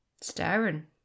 Staring